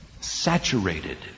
saturated